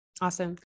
Awesome